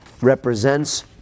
represents